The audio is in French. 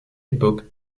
époque